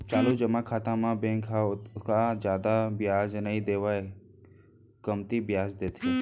चालू जमा खाता म बेंक ह ओतका जादा बियाज नइ देवय कमती बियाज देथे